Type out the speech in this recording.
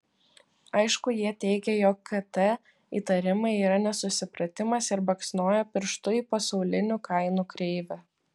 aišku jie teigia jog kt įtarimai yra nesusipratimas ir baksnoja pirštu į pasaulinių kainų kreivę